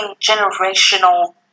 generational